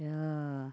yeah